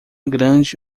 grande